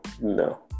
No